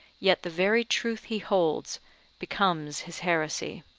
yet the very truth he holds becomes his heresy.